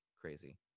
crazy